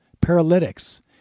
paralytics